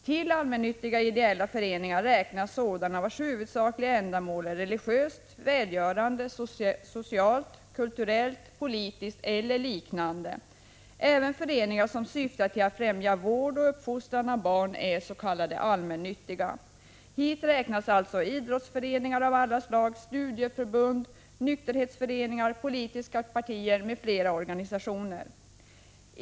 Till allmännyttiga ideella föreningar räknas sådana vilkas huvudsakliga ändamål är religiöst, välgörande, socialt, kulturellt, politiskt eller liknande. Även föreningar som syftar till att främja vård och uppfostran av barn är s. k allmännyttiga. Hit räknas alltså idrottsföreningar av alla slag, studieförbund, nykterhetsföreningar, politiska partier m.fl. organisationer.